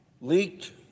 leaked